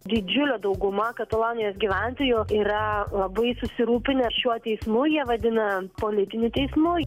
didžiulė dauguma katalonijos gyventojų yra labai susirūpinę šiuo teismu jie vadina politiniu teismui